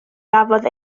gafodd